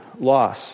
loss